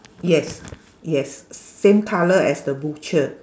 yes yes same colour as the butcher